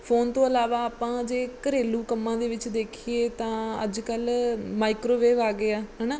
phone ਤੋਂ ਇਲਾਵਾ ਆਪਾਂ ਜੇ ਘਰੇਲੂ ਕੰਮਾਂ ਦੇ ਵਿੱਚ ਦੇਖੀਏ ਤਾਂ ਅੱਜ ਕੱਲ੍ਹ ਮਾਈਕ੍ਰੋਵੇਵ ਆ ਗਏ ਆ ਹੈ ਨਾ